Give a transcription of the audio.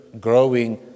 growing